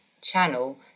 channel